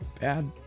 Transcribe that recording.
bad